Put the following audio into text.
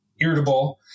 irritable